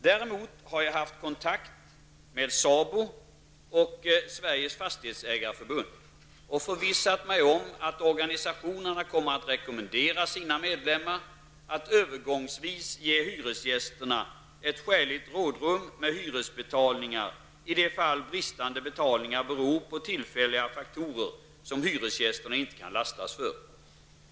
Däremot har jag haft kontakt med SABO och Sveriges fastighetsägareförbund och förvissat mig om att organisationerna kommer att rekommendera sina medlemmar att övergångsvis ge hyresgästerna ett skäligt rådrum med hyresbetalningar i de fall bristande betalningar beror på tillfälliga faktorer som hyresgästerna inte kan lastas för.